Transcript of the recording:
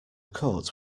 court